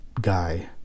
guy